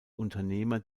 unternehmer